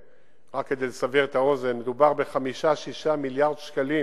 רק כדי לסבר את האוזן: מדובר ב-5 6 מיליארדי שקלים